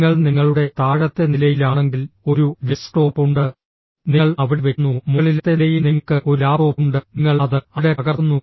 നിങ്ങൾ നിങ്ങളുടെ താഴത്തെ നിലയിലാണെങ്കിൽ ഒരു ഡെസ്ക്ടോപ്പ് ഉണ്ട് നിങ്ങൾ അവിടെ വെക്കുന്നു മുകളിലത്തെ നിലയിൽ നിങ്ങൾക്ക് ഒരു ലാപ്ടോപ്പ് ഉണ്ട് നിങ്ങൾ അത് അവിടെ പകർത്തുന്നു